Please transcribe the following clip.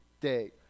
Day